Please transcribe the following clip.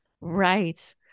Right